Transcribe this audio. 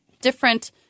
different